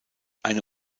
eine